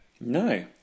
No